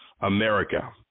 America